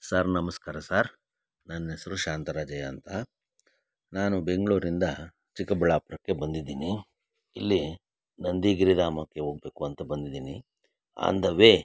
sir ನಮಸ್ಕಾರ sir ನನ್ನ ಹೆಸರು ಶಾಂತರಾಜಯ್ಯ ಅಂತ ನಾನು ಬೆಂಗಳೂರಿಂದ ಚಿಕ್ಕಬಳ್ಳಾಪುರಕ್ಕೆ ಬಂದಿದ್ದೀನಿ ಇಲ್ಲಿ ನಂದಿ ಗಿರಿಧಾಮಕ್ಕೆ ಹೋಗ್ಬೇಕು ಅಂತ ಬಂದಿದ್ದೀನಿ ಆನ್ ದ ವೇ